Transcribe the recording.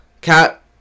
Cat